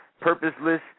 purposeless